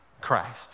Christ